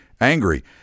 angry